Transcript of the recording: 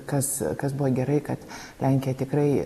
kas kas buvo gerai kad lenkija tikrai